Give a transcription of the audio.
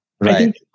Right